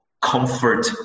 comfort